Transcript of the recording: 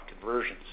conversions